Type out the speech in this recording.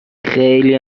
خیلی